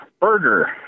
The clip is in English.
burger